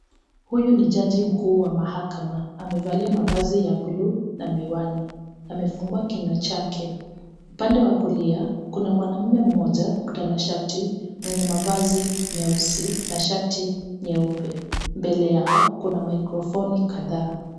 Huyo ni Jaji Mkuu wa Mahakama. Amevalia mavazi ya buluu na miwani. Amefungua kinywa chake. Upande wa kulia, kuna mwanaume mmoja mtanashati mwenye mavazi meusi na shati nyeupe. Mbele yao, kuna maikrofoni kadhaa.